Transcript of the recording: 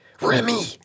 Remy